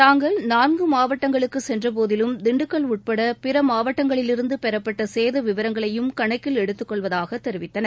தாங்கள் நான்கு மாவட்டங்களுக்கு சென்றபோதிலும் திண்டுக்கல் உட்பட பிற மாவட்டங்களிலிருந்து பெறப்பட்ட சேத விவரங்களையும் கணக்கில் எடுத்துக்கொள்வதாக தெரிவித்தனர்